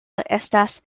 estas